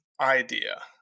idea